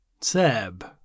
Seb